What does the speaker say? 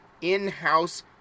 in-house